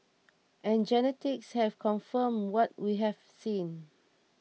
and genetics has confirmed what we have seen